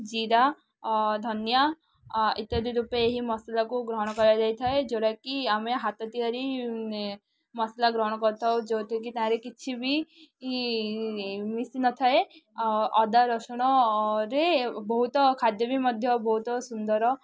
ଜିରା ଧନିଆ ଇତ୍ୟାଦି ରୂପେ ଏହି ମସଲାକୁ ଗ୍ରହଣ କରାଯାଇ ଥାଏ ଯେଉଁ ଟାକି ଆମେ ହାତ ତିଆରି ମସଲା ଗ୍ରହଣ କରିଥାଉ ଯେଉଁଥିରେକି ତାରେ କିଛି ବି ମିଶ ନଥାଏ ଆଉ ଅଦା ରସୁଣରେ ବହୁତ ଖାଦ୍ୟ ବି ମଧ୍ୟ ବହୁତ ସୁନ୍ଦର